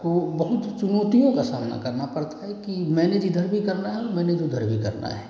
को बहुत चुनौतियों का सामना करना पड़ता है कि मैनेज इधर भी करना है और मैनेज उधर भी करना है